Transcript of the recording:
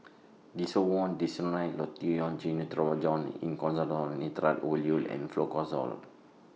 Desowen Desonide Lotion Gyno Travogen Isoconazole Nitrate Ovule and Fluconazole